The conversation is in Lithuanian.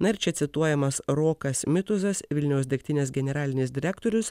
na ir čia cituojamas rokas mituzas vilniaus degtinės generalinis direktorius